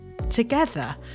together